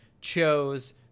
chose